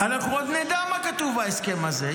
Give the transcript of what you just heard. אנחנו עוד נדע מה כתוב בהסכם הזה,